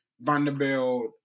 Vanderbilt